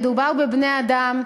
מדובר בבני-אדם,